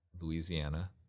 Louisiana